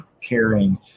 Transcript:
caring